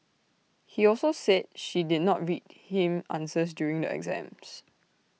he also said she did not read him answers during the exams